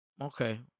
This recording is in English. okay